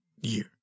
year